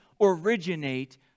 originate